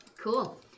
Cool